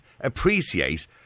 appreciate